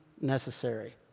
necessary